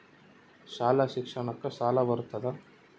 ಶಾಲಾ ಶಿಕ್ಷಣಕ್ಕ ಸಾಲ ಬರುತ್ತಾ?